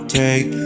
take